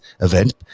event